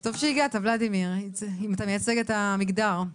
טוב שהגעת ולדימיר, אם אתה מייצג את המגדר.